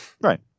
Right